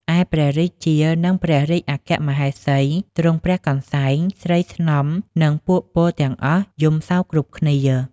ឯព្រះរាជានិងព្រះរាជអគ្គមហេសី ទ្រង់ព្រះកន្សែង ស្រីស្នំនិងពួកពលទាំងអស់ យំសោកគ្រប់គ្នា ។